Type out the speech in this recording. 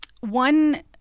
one